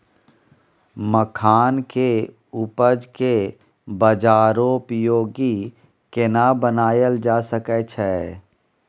मखान के उपज के बाजारोपयोगी केना बनायल जा सकै छै?